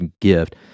gift